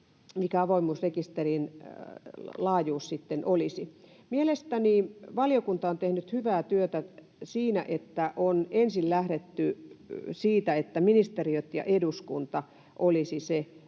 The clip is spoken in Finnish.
mikä avoimuusrekisterin laajuus sitten olisi. Mielestäni valiokunta on tehnyt hyvää työtä siinä, että on ensin lähdetty siitä, että ministeriöt ja eduskunta olisivat